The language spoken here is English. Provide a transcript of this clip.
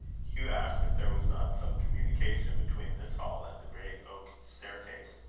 hugh asked if there was not some communication between this hall and the great oak staircase.